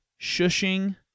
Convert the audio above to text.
shushing